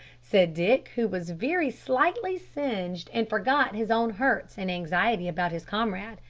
said dick, who was very slightly singed, and forgot his own hurts in anxiety about his comrade.